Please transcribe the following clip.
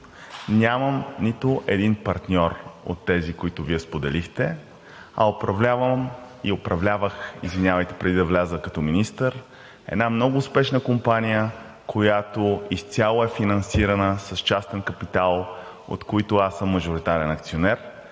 Нямам нито един партньор от тези, които Вие споделихте, а управлявам – управлявах, извинявайте, преди да вляза като министър, една много успешна компания, която изцяло е финансирана с частен капитал, в която съм мажоритарен акционер.